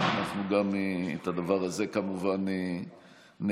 אנחנו גם את הדבר הזה כמובן נאפשר.